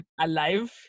alive